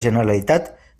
generalitat